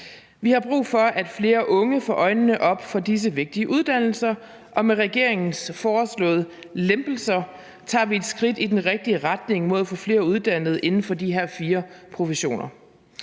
Vi har brug for, at flere unge får øjnene op for disse vigtige uddannelser, og med regeringens foreslåede lempelser tager vi et skridt i den rigtige retning mod at få uddannet flere inden for de her fire professioner.